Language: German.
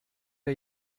wir